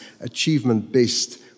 achievement-based